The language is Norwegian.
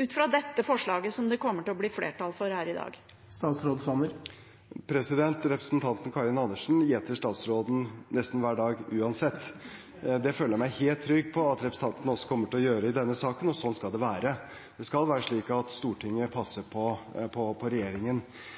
ut fra dette forslaget som det kommer til å bli flertall for her i dag? Representanten Karin Andersen gjeter statsråden nesten hver dag uansett. Det føler jeg meg helt trygg på at representanten også kommer til å gjøre i denne saken, og sånn skal det være. Det skal være slik at Stortinget